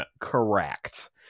correct